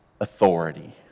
authority